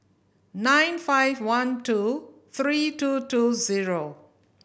nine five one two three two two zero